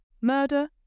murder